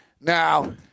Now